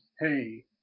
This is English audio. hey